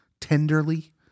Tenderly